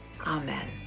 Amen